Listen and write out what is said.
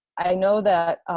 i know that